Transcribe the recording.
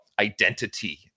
identity